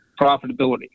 profitability